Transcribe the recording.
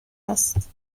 است